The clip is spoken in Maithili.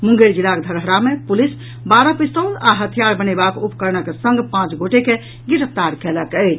मुंगेर जिलाक धरहरा मे पुलिस बारह पिस्तौल आ हथियार बनेबाक उपकरणक संग पांच गोटे के गिरफ्तार कयलक अछि